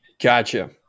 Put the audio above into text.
Gotcha